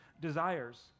desires